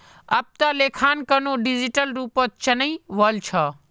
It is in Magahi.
अब त लेखांकनो डिजिटल रूपत चनइ वल छ